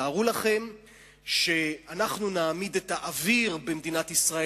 תארו לכם שאנחנו נעמיד את האוויר במדינת ישראל